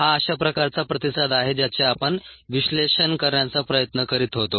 हा अशा प्रकारचा प्रतिसाद आहे ज्याचे आपण विश्लेषण करण्याचा प्रयत्न करीत होतो